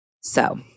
So-